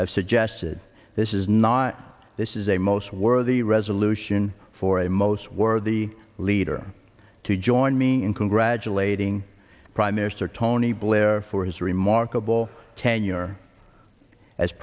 have suggested this is not this is a most worthy resolution for a most worthy leader to join me in congratulating prime minister tony blair for his remarkable tenure as